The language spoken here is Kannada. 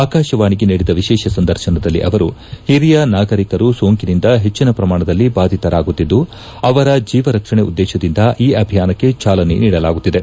ಆಕಾಶವಾಣಿಗೆ ನೀಡಿದ ವಿಶೇಷ ಸಂದರ್ಶನದಲ್ಲಿ ಅವರು ಹಿರಿಯ ನಾಗರಿಕರು ಸೋಂಕಿನಿಂದ ಹೆಚ್ಚಿನ ಪ್ರಮಾಣದಲ್ಲಿ ಬಾಧಿತರಾಗುತ್ತಿದ್ದು ಅವರ ಜೀವರಕ್ಷಣೆ ಉದ್ದೇಶದಿಂದ ಈ ಅಭಿಯಾನಕ್ಕೆ ಚಾಲನೆ ನೀಡಲಾಗುತ್ತಿದೆ